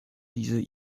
diese